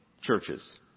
churches